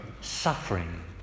suffering